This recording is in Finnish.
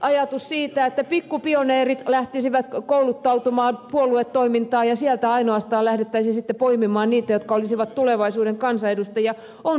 ajatus siitä että pikkupioneerit lähtisivät kouluttautumaan puoluetoimintaan ja ainoastaan sieltä lähdettäisiin sitten poimimaan niitä jotka olisivat tulevaisuuden kansanedustajia on pöyristyttävä